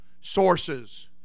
sources